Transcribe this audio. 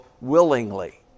willingly